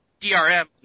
drm